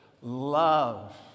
Love